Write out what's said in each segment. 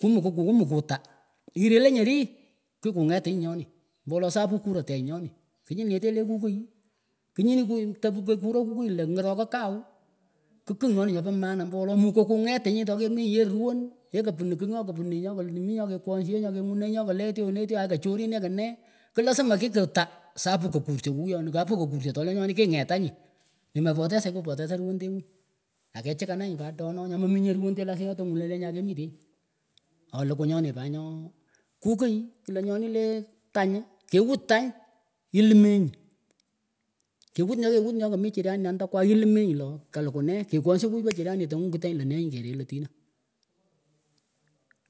Kumukumukumukutah irelenyih oni kikunget nyih nyonih mbo wolo sapu kurettenyih nyonih knyull nyeteh lekkukiy knyinih kekoruh kukiy leh ngah rokah kawh kih kigh nyonih nyopah maana mbo wolo mukah kungetinyih tokemihyeh ruwan eeh kupunuh kigh nyoh kapunuh yih nyu keh mih nyoh kekwohsheeh nyoh kengunah nyoh leh ketyonah le tyoakah chorin eekeneh kilasimu kih kitkah sapuh kakurshah kukiyonih sapuh kekurshah tohlenyonih kingetanyih nimepoteza kikupotesan ruwendenguh akechikananyih pat doh noh meminyeh ruwendeh lasiny nyohtahngunah leh nyakemihtenyih ooh l;ukuh nyonih pat nyooh kukiy klah nyonh leh tany kewut tany ilimenyih kewut nyoh kewut nyoh kahmichhranih andakwagh ilimenyih loh kalukuhee kekwongshah kukiy pah jirani tanguh ngiteenyih leh neeh nyinih kerel atihnah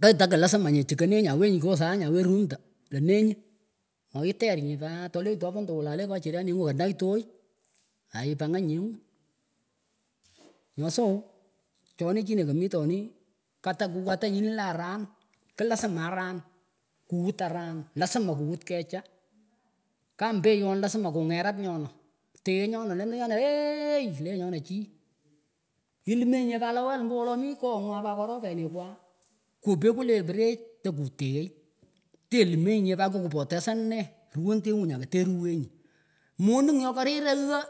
ouch takilasimanyeh chi kenenyih aiwenyih ngah sany aweh rumtah leh leh neenyih ooh iternyih pat toleh topantah walay leh kajiraninguh kanagh torch aipanganyih nyenguh hyohso chonih chinah kahmitoh nih kataa. Kukatah nyinileh aran klasimah aran kuwut aran lasima kuwut kecha kambehyon losina kungerat nyonah teah nyonah lendah eeh lenyonah chih ilimenyih nyeh pat lawal mbo wolo mih kongwah pat yhorofeni kwah kupekuh the prech tekuteegh telimenyihnyeh pat kupopotesan nee ruwondenguh nyah keteh rowenyih monigh nyoh karir oghaa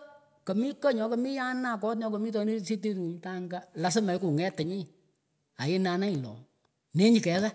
kemih kah nyoh kemih yanah kot nyoh kamitoni sitin room tah angah lasima eeh kungetinyih ainanenyih looh nenyih keghaa.